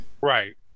right